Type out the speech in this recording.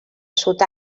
sud